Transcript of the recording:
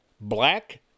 black